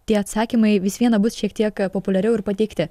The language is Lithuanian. tie atsakymai vis viena bus šiek tiek populiariau ir pateikti